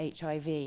HIV